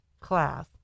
class